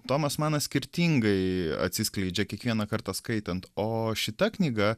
tomas manas skirtingai atsiskleidžia kiekvieną kartą skaitant o šita knyga